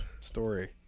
story